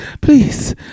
please